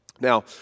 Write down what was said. Now